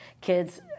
kids